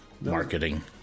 Marketing